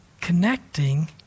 connecting